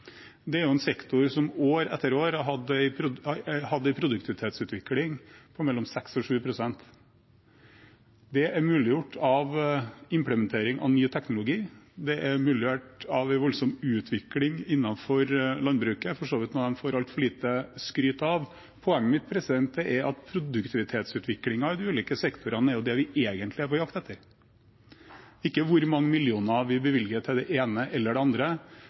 Det er en sektor som år etter år har hatt en produktivitetsutvikling på mellom 6 pst. og 7 pst. Det er muliggjort av implementering av ny teknologi, og det er muliggjort av en voldsom utvikling innenfor landbruket, noe de for så vidt får altfor lite skryt av. Poenget mitt er at produktivitetsutviklingen i de ulike sektorene er det vi egentlig er på jakt etter, ikke hvor mange millioner vi bevilger til det ene eller det andre,